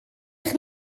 eich